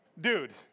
Dude